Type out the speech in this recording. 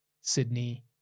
Sydney